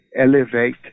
elevate